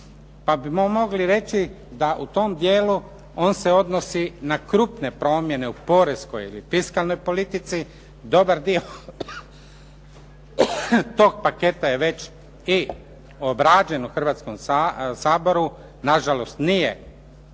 Pa bismo mogli reći da u tom dijelu on se odnosi na krupne promjene u poreskoj ili fiskalnoj politici, dobar dio tog paketa je već i obrađen u Hrvatskom saboru, na žalost nije